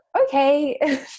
okay